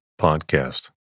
podcast